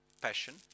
passion